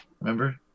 Remember